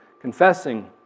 confessing